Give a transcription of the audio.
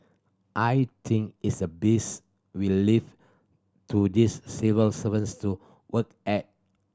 I think it's the best we leave to this civil servants to work at